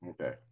Okay